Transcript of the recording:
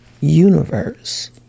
universe